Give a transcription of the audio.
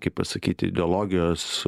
kaip pasakyti ideologijos